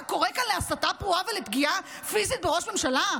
אתה קורא כאן להסתה פרועה ולפגיעה פיזית בראש ממשלה?